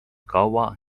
kaua